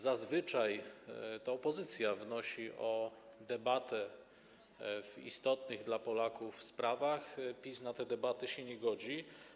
Zazwyczaj to opozycja wnosi o debatę w istotnych dla Polaków sprawach, a PiS na te debaty się nie godzi.